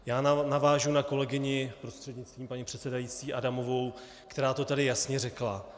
Já navážu na kolegyni, prostřednictvím paní předsedající, Adamovou, která to tady jasně řekla.